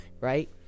right